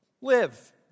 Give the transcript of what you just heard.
live